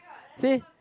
see